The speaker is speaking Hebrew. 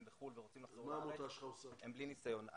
בחו"ל ורוצים לחזור לארץ הם בלי ניסיון.